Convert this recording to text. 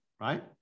right